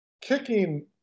kicking